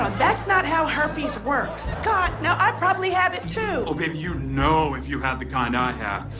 and that's not how herpes works. god, now i probably have it too. oh, baby, you'd know if you had the kind i have.